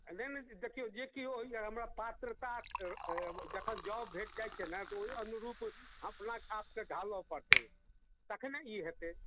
नहि नहि देखियौ जे केओ ओहिमे पात्रता जखन जॉब भेट जाइत छै ने तऽ ओहि अनुरूप अपना आपके ढालए पड़तै तखने ई होयतै